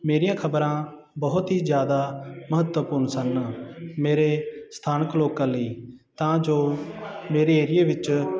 ਮੇਰੀਆਂ ਖ਼ਬਰਾਂ ਬਹੁਤ ਹੀ ਜ਼ਿਆਦਾ ਮਹੱਤਵਪੂਰਨ ਸਨ ਮੇਰੇ ਸਥਾਨਕ ਲੋਕਾਂ ਲਈ ਤਾਂ ਜੋ ਮੇਰੀ ਏਰੀਏ ਵਿੱਚ